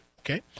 okay